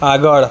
આગળ